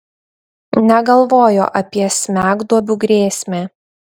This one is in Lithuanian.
negalvojo apie smegduobių grėsmę